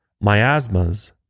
miasmas